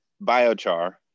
biochar